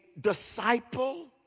disciple